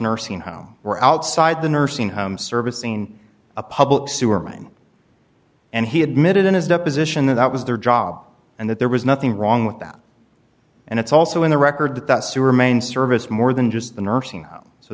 nursing home were outside the nursing home service in a public sewer line and he admitted in his deposition that that was their job and that there was nothing wrong with that and it's also in the record that that sewer main service more than just the nursing home so